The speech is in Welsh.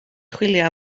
chwilio